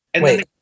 Wait